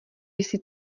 jsi